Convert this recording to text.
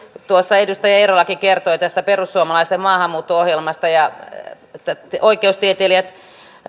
tuossa edustaja eerolakin kertoi tästä perussuomalaisten maahanmuutto ohjelmasta oikeustieteilijät